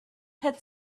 had